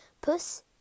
Puss